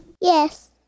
yes